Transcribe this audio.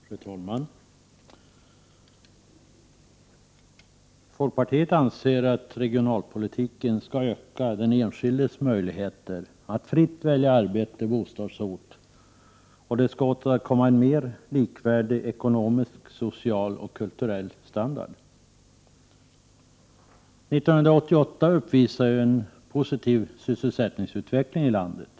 Fru talman! Folkpartiet anser att regionalpolitiken skall öka den enskildes möjligheter att fritt kunna välja arbete och bostadsort. Den skall åstadkomma en mer likvärdig ekonomisk, social och kulturell standard. 1988 uppvisar en positiv sysselsättningsutveckling i landet.